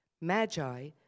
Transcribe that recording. Magi